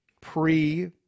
pre-